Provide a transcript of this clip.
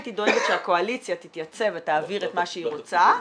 הייתי דואגת שהקואליציה תתייצב ותעביר את מה שהיא רוצה.